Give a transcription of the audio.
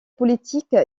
politique